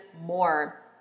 more